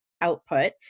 output